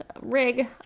rig